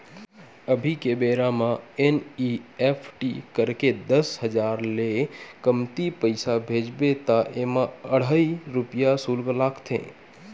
अभी के बेरा म एन.इ.एफ.टी करके दस हजार ले कमती पइसा भेजबे त एमा अढ़हइ रूपिया सुल्क लागथे